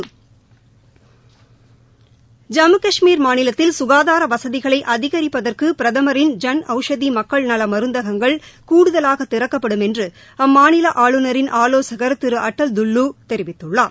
ஐம்மு கஷ்மீர் மாநிலத்தில் சுகாதார வசதிகளை அதிகரிப்பதற்கு பிரதமரின் ஜன் அவ்ஷதி மக்கள் நல மருந்தகங்கள் கூடுதவாக திறக்கப்படும் என்று அம்மாநில ஆளுநரின் ஆவோசகர் திரு அடல் டுல்லு தெரிவித்துள்ளார்